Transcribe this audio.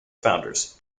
founders